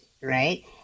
right